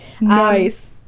Nice